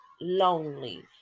lonely